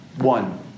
One